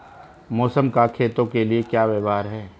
मौसम का खेतों के लिये क्या व्यवहार है?